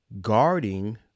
guarding